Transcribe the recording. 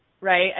right